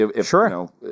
Sure